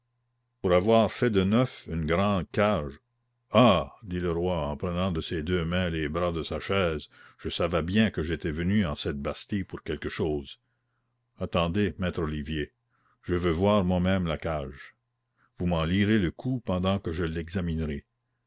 pour avoir fait de neuf une grande cage ah dit le roi en prenant de ses deux mains les bras de sa chaise je savais bien que j'étais venu en cette bastille pour quelque chose attendez maître olivier je veux voir moi-même la cage vous m'en lirez le coût pendant que je l'examinerai